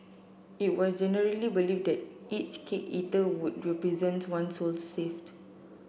it was generally believed that each cake eaten would represent to one soul saved